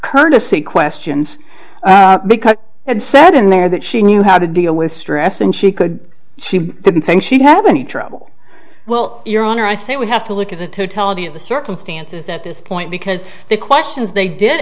courtesy questions because i had said in there that she knew how to deal with stress and she could she didn't think she'd have any trouble well your honor i say we have to look at the totality of the circumstances at this point because the questions they did